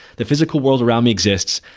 the physical world around me exists,